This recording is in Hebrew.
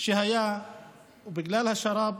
שהיה ובגלל השרב,